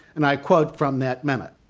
and i quote from that minute